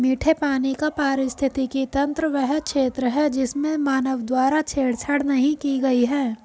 मीठे पानी का पारिस्थितिकी तंत्र वह क्षेत्र है जिसमें मानव द्वारा छेड़छाड़ नहीं की गई है